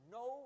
no